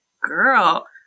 Girl